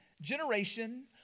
generation